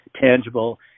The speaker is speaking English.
tangible